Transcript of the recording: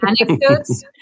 anecdotes